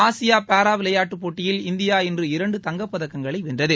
Asia para விளையாட்டுப் போட்டியில் India இன்று இரண்டு தங்கப்பதக்கங்களை வென்றது